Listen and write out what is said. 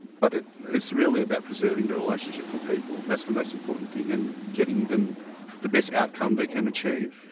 but it's really about preserving the relationship for people, that's the most important thing, and getting them the best outcome they can achieve.